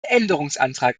änderungsantrag